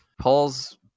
Paul's